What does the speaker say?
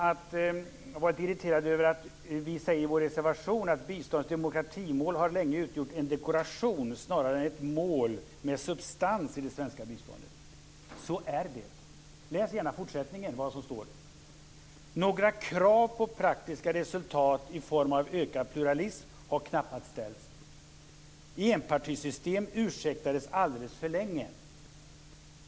Berndt Ekholm var litet irriterad över att vi i vår reservation säger: "Biståndets demokratimål har länge utgjort en dekoration snarare än ett mål med substans i det svenska biståndet." Så är det. Läs gärna fortsättningen! Det står så här: "Några krav på praktiska resultat i form av ökad pluralism har knappast ställts. Enpartisystem ursäktades alldeles för länge.